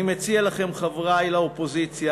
אני מציע לכם, חברי לאופוזיציה,